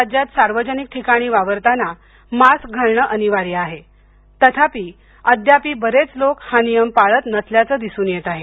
राज्यात सार्वजनिक ठिकाणी वावरताना मास्क घालण अनिवार्य आहे तथापि अद्यापि बरेच लोक हा नियम पळत नसल्याचं दिसून येत आहे